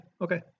Okay